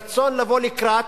מינימום רצון לבוא לקראת,